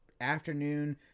Afternoon